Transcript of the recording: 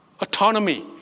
autonomy